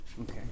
Okay